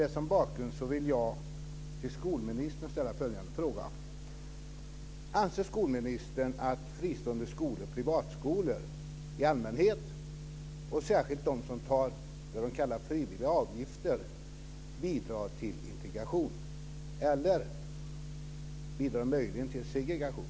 Mot den bakgrunden vill jag till skolministern ställa följande fråga: Anser skolministern att privatskolor, s.k. fristående skolor, i allmänhet och särskilt de som tar ut vad som benämns frivilliga avgifter bidrar till integration, eller bidrar de möjligen till segregation?